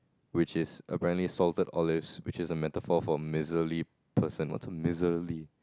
which is apparently salted olives which is a metaphor for miserly person what's a miserly